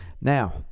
now